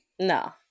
no